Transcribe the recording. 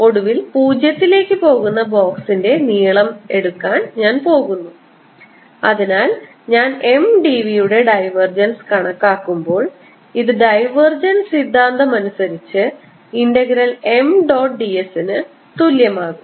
ഒടുവിൽ 0 ലേക്ക് പോകുന്ന ബോക്സിന്റെ നീളം എടുക്കാൻ ഞാൻ പോകുന്നു അതിനാൽ ഞാൻ M d v യുടെ ഡൈവർജൻസ് കണക്കാക്കുമ്പോൾ ഇത് ഡൈവർജൻസ് സിദ്ധാന്തo അനുസരിച്ച് integral M dot d s ന് തുല്യമാകും